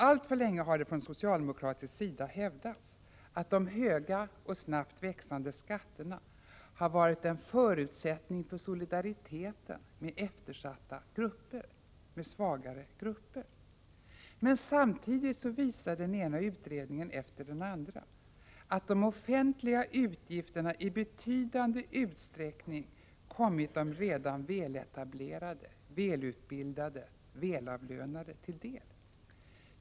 Alltför länge har från socialdemokratisk sida hävdats att de höga och snabbt växande skatterna har varit en förutsättning för solidariteten med svagare grupper. Men samtidigt visar den ena utredningen efter den andra att de offentliga utgifterna i betydande utsträckning kommit de redan väletablerade, välutbildade och välavlönade till del.